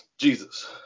Jesus